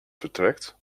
vertrekt